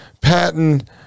Patton